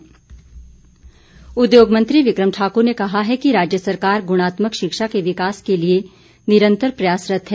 बिक्रम ठाकुर उद्योग मंत्री बिक्रम ठाकुर ने कहा है कि राज्य सरकार गुणात्मक शिक्षा के विकास के लिए निरंतर प्रयासरत है